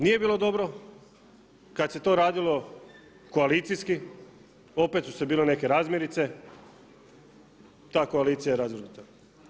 Nije bilo dobro kada se to radilo koalicijski, opet su bile neke razmirice, ta koalicija je razvrgnuta.